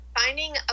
finding